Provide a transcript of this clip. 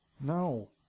No